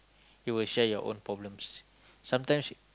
you will share your own problem sometimes